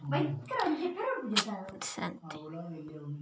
bank ನಲ್ಲಿ ಇಟ್ಟ ಬಂಗಾರವನ್ನು ಮತ್ತೆ ಪಡೆಯುವ ಬಗ್ಗೆ ಹೇಳಿ